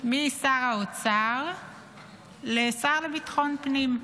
משר האוצר לשר לביטחון הפנים.